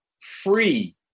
free